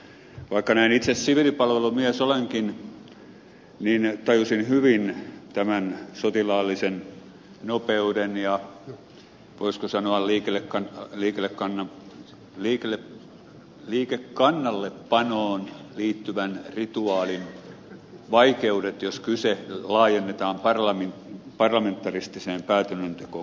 vaikka näin itse siviilipalvelusmies olenkin niin tajusin hyvin tämän sotilaallisen nopeuden ja voisiko sanoa liikekannallepanoon liittyvän rituaalin vaikeudet jos kysymystä laajennetaan parlamentaristiseen päätöksentekoon